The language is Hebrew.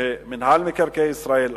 שמינהל מקרקעי ישראל,